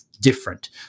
different